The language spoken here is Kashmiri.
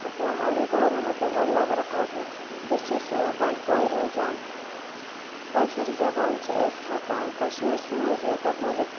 اَسَلامُ علیکُم وَرحمتُہ اللہِ وَبَرکاتُہ بہٕ چھَس بَنٛڈپورِ روزان کٲشِر زَبان چھِ أسۍ ہٮ۪کان کَشمیٖرسٕے منٛز یوتاہ بوٗلِتھ